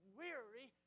weary